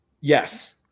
Yes